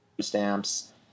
stamps